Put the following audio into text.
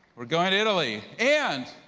we're going to italy, and